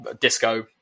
disco